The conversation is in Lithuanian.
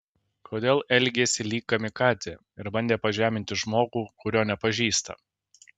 kodėl elgėsi lyg kamikadzė ir bandė pažeminti žmogų kurio nepažįsta